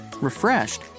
refreshed